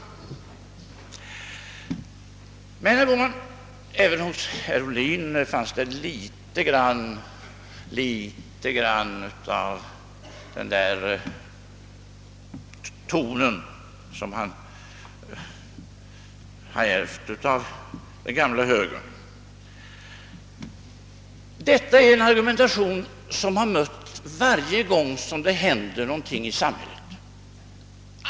I herr Ohlins anförande fanns det litet av den där tonen, som han har ärvt från den gamla högern. Denna argumentation har kommit till synes varje gång det händer någonting i samhället.